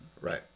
Right